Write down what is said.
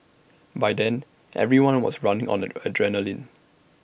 by then everyone was running on the adrenaline